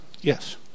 Yes